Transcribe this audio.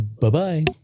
Bye-bye